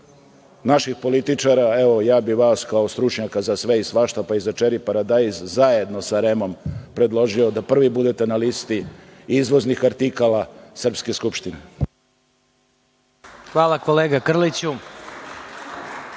naših političara, evo ja bih vas kao stručnjaka za sve i svašta pa i za čeri paradajz, zajedno sa REM-om predložio da prvi budete na listi izvoznih artikala srpske Skupštine. **Vladimir